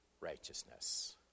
righteousness